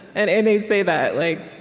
and and i say that, like